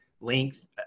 length